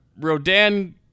Rodan